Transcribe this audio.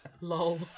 Lol